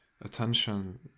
attention